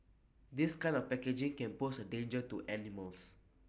this kind of packaging can pose A danger to animals